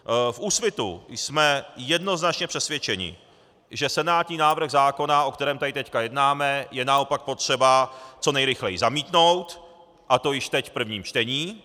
V Úsvitu jsme jednoznačně přesvědčeni, že senátní návrh zákona, o kterém tady teď jednáme, je naopak potřeba co nejrychleji zamítnout, a to již teď v prvním čtení.